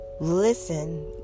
listen